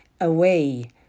away